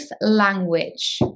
language